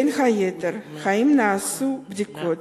בין היתר, האם נעשו בדיקות,